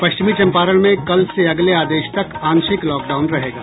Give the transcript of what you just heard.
पश्चिमी चंपारण में कल से अगर्ल आदेश तक आंशिक लॉकडाउन रहेगा